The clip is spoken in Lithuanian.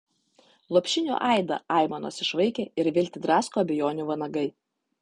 lopšinių aidą aimanos išvaikė ir viltį drasko abejonių vanagai